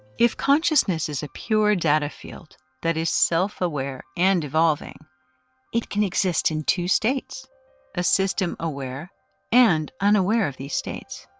if consciousness is a pure data field that is self-aware and evolving it can exist in two states a system aware and unaware of these states.